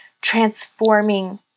transforming